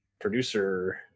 producer